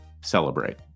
celebrate